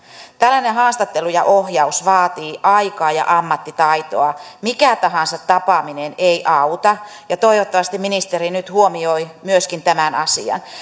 tällainen haastattelu ja ohjaus vaatii aikaa ja ammattitaitoa mikä tahansa tapaaminen ei auta ja toivottavasti ministeri nyt huomioi myöskin tämän